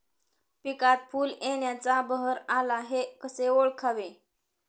पिकात फूल येण्याचा बहर आला हे कसे ओळखावे?